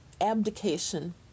Abdication